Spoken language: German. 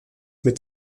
mit